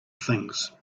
things